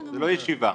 זה לא ישיבה.